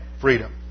freedom